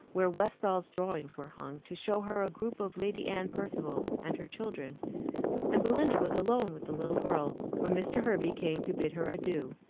where westall's drawings were hung, to show her a group of lady anne percival and her children and belinda was alone with the little girl, when mr. hervey came to bid her adieu.